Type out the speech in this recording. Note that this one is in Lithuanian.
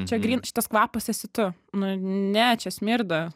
čia gryn šitas kvapas esi tu nu ne čia smirda